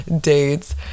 dates